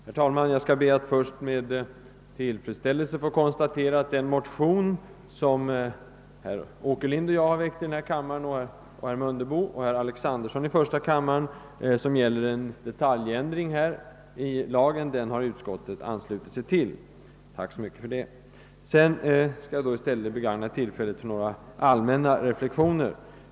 Herr talman! Jag konstaterar först med tillfredsställelse att utskottet anslutit sig till den motion om en detaljändring i lagen som herr Åkerlind, herr Mundebo och jag väckt i denna kammare och herr Alexanderson i första kammaren. Tack så mycket för det! Jag skall begagna tillfället att göra några allmänna reflexioner.